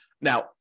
Now